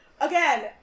again